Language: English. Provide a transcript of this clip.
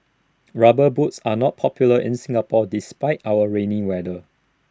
rubber boots are not popular in Singapore despite our rainy weather